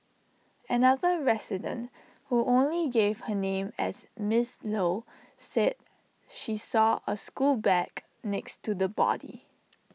another resident who only gave her name as miss low said she saw A school bag next to the body